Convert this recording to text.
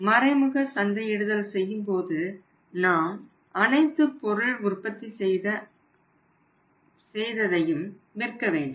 மறைமுக சந்தையிடுதல் செய்யும்போது நாம் உற்பத்தி செய்த அனைத்து பொருட்களையும் விற்க வேண்டும்